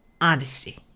honesty